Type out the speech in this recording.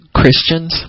Christians